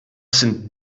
sind